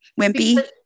wimpy